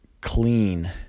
clean